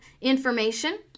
information